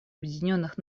объединенных